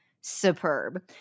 superb